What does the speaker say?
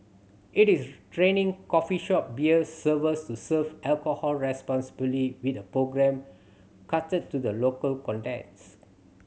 it is training coffee shop beer servers to serve alcohol responsibly with a programme catered to the local context